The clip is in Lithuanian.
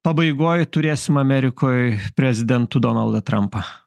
pabaigoj turėsim amerikoj prezidentu donaldą trampą